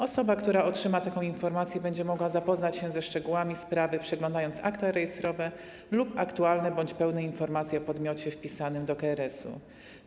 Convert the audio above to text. Osoba, która otrzyma taką informację, będzie mogła zapoznać się ze szczegółami sprawy, przeglądając akta rejestrowe lub aktualne bądź pełne informacje o podmiocie wpisanym do KRS-u.